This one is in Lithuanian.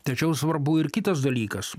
tačiau svarbu ir kitas dalykas